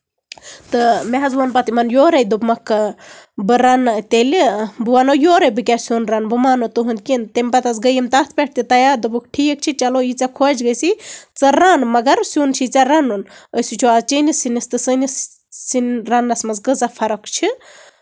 تہٕ مےٚ حظ ووٚن پَتہٕ یِمن یورَے دوٚپُکھ بہٕ رَنہٕ تیٚلہِ بہٕ وَنو یورَے بہٕ کیاہ سیُن رَنہٕ بہٕ مانہٕ نہٕ تُہُند کِنہٕ تَمہِ پَتہٕ حظ گے یِم تَتھ پٮ۪ٹھ تہِ تَیار دوٚپُکھ ٹھیٖک چھُ چلو یہِ ژےٚ خۄش گژھی ژٕ رَن مَگر سیُن چھُے ژٕ رَنُن أسۍ وٕچھو آز چٲنِس سِنِس تہٕ سٲنِس سِنۍ رَننٕنَس منٛز کۭژاہ فرق چھِ